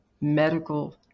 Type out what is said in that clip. medical